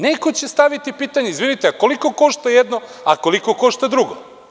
Neko će staviti pitanje – izvinite, koliko košta jedno, a koliko košta drugo?